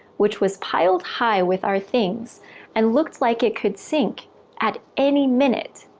which was piled high with our things and looked like it could sink at any minute.